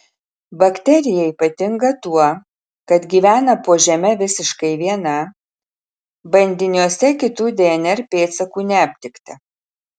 bakterija ypatinga tuo kad gyvena po žeme visiškai viena bandiniuose kitų dnr pėdsakų neaptikta